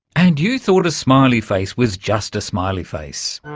and you thought a smiley face was just a smiley face.